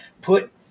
put